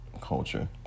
culture